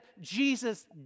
Jesus